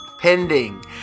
pending